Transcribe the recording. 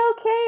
okay